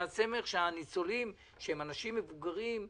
הניצולים הם אנשים מבוגרים.